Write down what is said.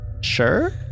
Sure